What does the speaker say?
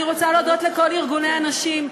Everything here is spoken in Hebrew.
אני רוצה להודות לכל ארגוני הנשים,